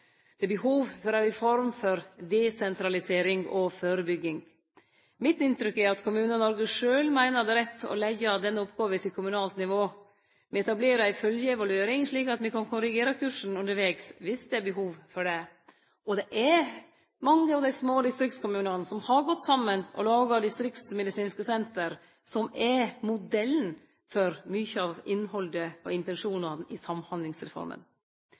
Det er behov for ei reform for desentralisering og førebygging. Mitt inntrykk er at Kommune-Noreg sjølv meiner det er rett å leggje denne oppgåva til kommunalt nivå. Me etablerer ei følgjeevaluering, slik at me kan korrigere kursen undervegs dersom det er behov for det. Og det er mange av dei små distriktskommunane som har gått saman og laga distriktsmedisinske senter, som er modellen for mykje av innhaldet og intensjonen i